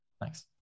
Thanks